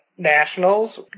nationals